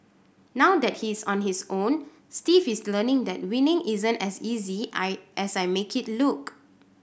now that he is on his own Steve is learning that winning isn't as easy I as I make it look